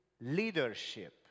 leadership